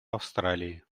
австралии